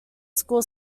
school